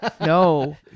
No